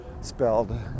spelled